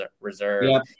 Reserve